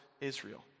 Israel